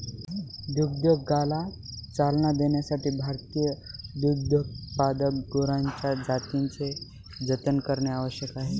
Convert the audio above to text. दुग्धोद्योगाला चालना देण्यासाठी भारतीय दुग्धोत्पादक गुरांच्या जातींचे जतन करणे आवश्यक आहे